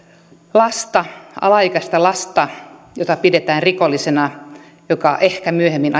lasta alaikäistä lasta jota pidetään rikollisena mutta josta ehkä myöhemmin